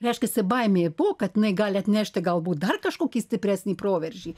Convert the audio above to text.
reiškiasi baimė ir buvo kad jinai gali atnešti galbūt dar kažkokį stipresnį proveržį